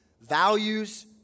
values